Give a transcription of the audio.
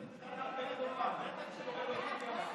השר הגיע.